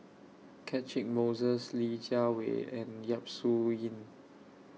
Catchick Moses Li Jiawei and Yap Su Yin